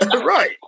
Right